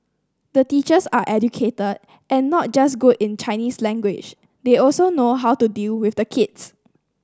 the teachers are educated and not just good in Chinese language they also know how to deal with the kids